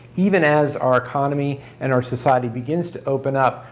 even as our economy and our society begins to open up.